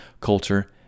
culture